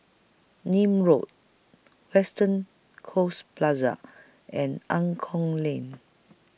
Nim Road Western Coast Plaza and Angklong Lane